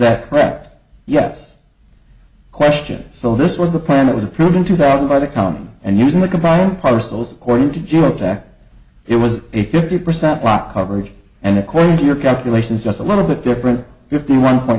that correct yes question so this was the plan that was approved in two thousand by the common and using the compile parcels according to george that it was a fifty percent block coverage and according to your calculations just a little bit different if the one point